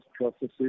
processes